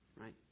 right